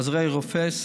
עוזרי רופא,